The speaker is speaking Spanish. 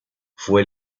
fue